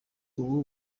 ubu